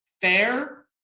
Fair